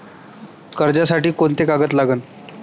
कर्जसाठी कोंते कागद लागन?